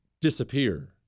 disappear